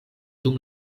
dum